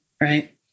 right